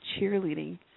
cheerleading